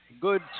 Good